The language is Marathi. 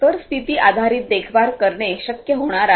तर स्थिती आधारित देखरेख करणे शक्य होणार आहे